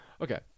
Okay